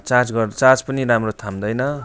charge गर् charge पनि राम्रो थाम्दैन